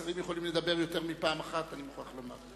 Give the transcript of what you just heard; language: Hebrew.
שרים יכולים לדבר יותר מפעם אחת, אני מוכרח לומר.